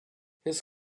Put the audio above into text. his